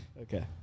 Okay